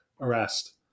arrest